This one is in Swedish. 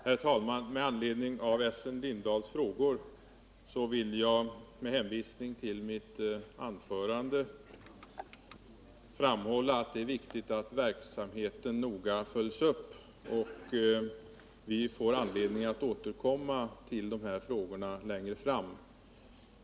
Herr talman! Med anledning av Essen Lindahls frågor och med hänvisning till mitt tidigare anförande vill jag framhålla att det är viktigt att verksamheten noga följs upp. Vi får anledning att återkomma till dessa frågor längre fråm.